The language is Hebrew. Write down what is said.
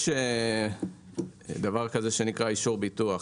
יש דבר כזה שנקרא אישור ביטוח.